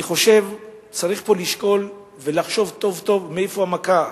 אני חושב שצריך פה לשקול ולחשוב טוב טוב מאיפה המכה,